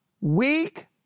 weak